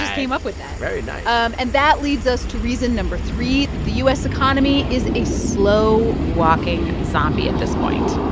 came up with that very nice um and that leads us to reason number three that the u s. economy is a slow-walking zombie at this point,